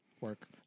Work